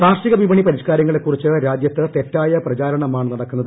കാർഷിക വിപണി പരിഷ്കാരങ്ങളെക്കുറിച്ച് രാജ്യത്ത് തെറ്റായ പ്രചരണമാണ് നടക്കുന്നത്